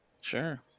Sure